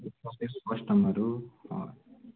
सधैँको कस्टमर हो